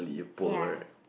ya